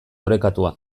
orekatua